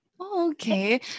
Okay